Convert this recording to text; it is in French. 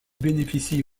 bénéficie